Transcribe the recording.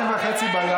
02:30,